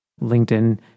LinkedIn